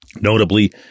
notably